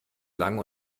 lang